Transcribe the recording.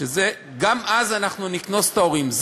גם אז אנחנו נקנוס את ההורים.